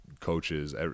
coaches